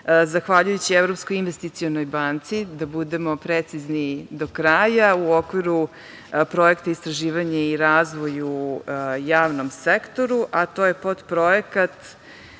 zahvaljujući Evropskoj investicionoj banci, da budemo precizni do kraja u okviru projekta – „Istraživanje i razvoj u javnom sektoru“, a to je podprojekat